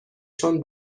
چون